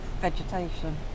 vegetation